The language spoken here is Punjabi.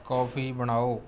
ਕੌਫੀ ਬਣਾਉ